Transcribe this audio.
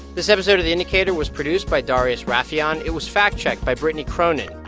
this episode of the indicator was produced by darius rafieyan. it was fact-checked by brittany cronin.